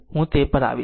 તેથી હું તે પર આવીશ